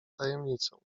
tajemnicą